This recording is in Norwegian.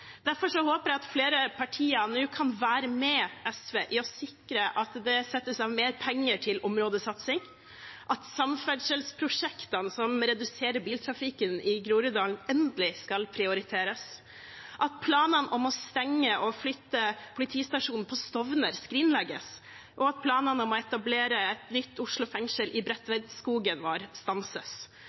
Derfor håper jeg at flere partier nå kan være med SV på å sikre at det settes av mer penger til områdesatsing, at samferdselsprosjektene som reduserer biltrafikken i Groruddalen, endelig skal prioriteres, at planene om å stenge og flytte politistasjonen på Stovner skrinlegges, at planene om å etablere et nytt Oslo fengsel i Bredtvetskogen vår stanses,